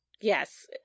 yes